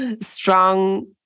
Strong